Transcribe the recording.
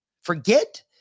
Forget